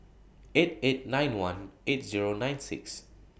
eight eight nine one eight Zero nine six